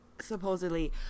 supposedly